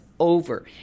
Over